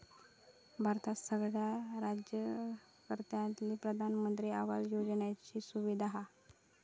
भारतात सगळ्या राज्यांतल्यानी प्रधानमंत्री आवास योजनेची सुविधा हा